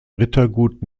rittergut